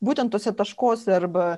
būtent tuose taškuose arba